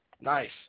nice